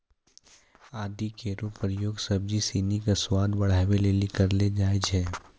आदि केरो प्रयोग सब्जी सिनी क स्वाद बढ़ावै लेलि कयलो जाय छै